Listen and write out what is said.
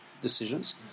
decisions